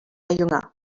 jünger